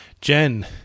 Jen